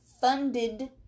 funded